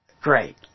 Great